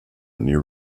new